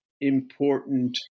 important